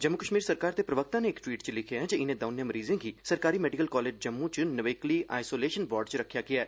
जम्मू कश्मीर सरकार दे प्रवक्ता नै इक ट्वीट च लिखेआ ऐ जे इनें दौनें मरीजें गी सरकारी मैडिकल कॉलेज जम्मू च नवेकली आईसोलेशन वार्ड च रक्खेआ गेआ ऐ